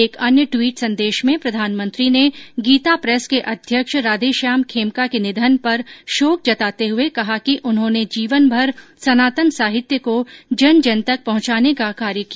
एक अन्य टविट संदेश में प्रधानमंत्री ने गीता प्रेस के अध्यक्ष राधेश्याम खेमका के निधन पर शोक जताते हुये कहा कि उन्होंने जीवनभर सनातन साहित्य को जन जन तक पहुंचाने का कार्य किया